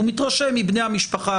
הוא מתרשם מבני המשפחה,